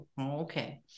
Okay